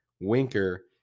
Winker